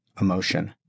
emotion